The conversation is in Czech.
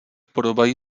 podobají